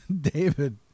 David